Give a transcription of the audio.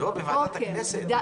לא, בוועדת הכנסת.